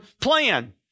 plan